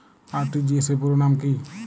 RTGS র পুরো নাম কি?